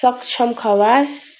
सक्षम खवास